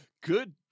good